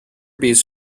bees